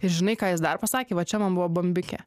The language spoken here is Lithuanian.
ir žinai ką jis dar pasakė va čia man buvo bombikė